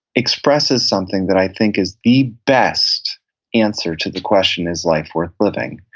expresses something that i think is the best answer to the question is life worth living?